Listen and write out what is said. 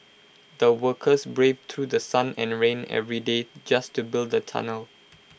the workers braved through sun and rain every day just to build the tunnel